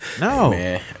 no